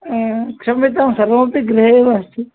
क्षम्यतां सर्वमपि गृहे एव अस्ति